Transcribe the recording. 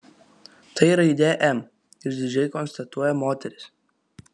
tai raidė m išdidžiai konstatuoja moteris